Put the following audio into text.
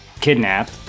kidnapped